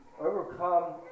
Overcome